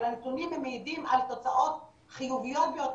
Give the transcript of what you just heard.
אבל הנתונים מעידים על תוצאות חיוביות ביותר,